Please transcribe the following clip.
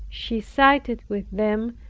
she sided with them,